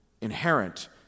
inherent